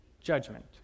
judgment